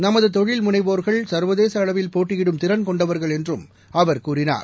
நமது தொழில் முனைவோர்கள் சர்வதேச அளவில் போட்டியிடும் திறன் கொண்டவர்கள் என்றும் அவர் கூறினார்